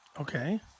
Okay